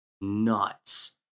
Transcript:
nuts